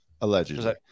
Allegedly